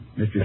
Mr